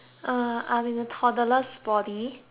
toddler's body but we got